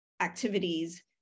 activities